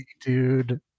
Dude